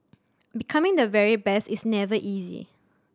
becoming the very best is never easy